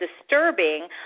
disturbing